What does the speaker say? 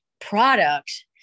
product